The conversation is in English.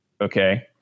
Okay